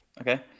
Okay